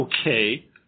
okay